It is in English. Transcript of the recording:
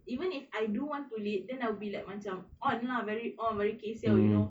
even if I don't want to lead then I'll be like macam on lah very on very kiasu you know